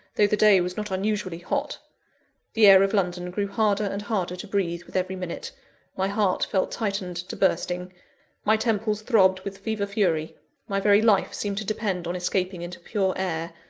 though the day was not unusually hot the air of london grew harder and harder to breathe, with every minute my heart felt tightened to bursting my temples throbbed with fever-fury my very life seemed to depend on escaping into pure air,